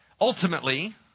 Ultimately